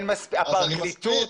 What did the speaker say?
הפרקליטות?